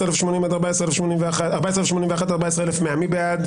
13,941 עד 13,960, מי בעד?